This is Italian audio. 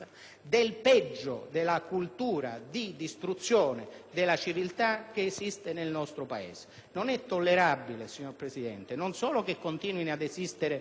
del peggio della cultura di distruzione della civiltà che esiste nel nostro Paese. Non è tollerabile, signor Presidente, non solo che continuino a esistere